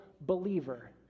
believer